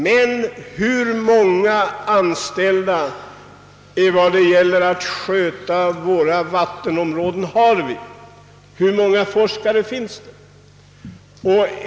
Men hur många anställda har vi för att sköta våra vattenområden? Hur många forskare finns det?